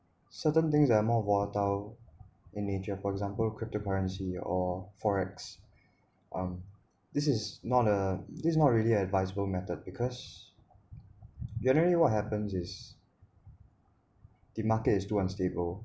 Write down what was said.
certain things are more volatile in nature for example crypto currency or forex um this is not a this is not really advisable method because generally what happens is the markets is too unstable